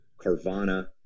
Carvana